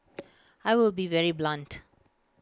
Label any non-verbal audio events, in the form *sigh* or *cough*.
*noise* I will be very blunt